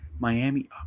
Miami